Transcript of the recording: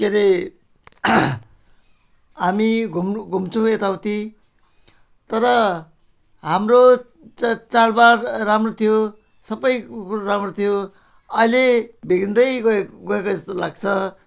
के अरे हामी घुम्नु घुम्छौँ यताउति तर हाम्रो चा चाडबाड राम्रो थियो सबै कुकुर राम्रो थियो अहिले बिग्रिँदै गए गएको जस्तो लाग्छ